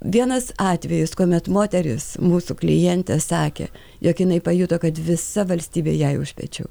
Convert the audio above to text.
vienas atvejis kuomet moteris mūsų klientė sakė jog jinai pajuto kad visa valstybė jai už pečių